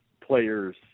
players